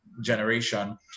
generation